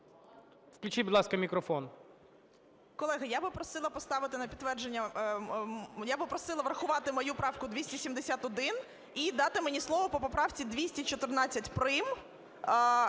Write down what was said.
Включіть, будь ласка, мікрофон.